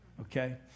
Okay